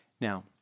Now